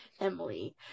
Emily